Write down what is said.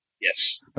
Yes